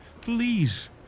please